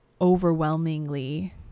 overwhelmingly